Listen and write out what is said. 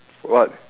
what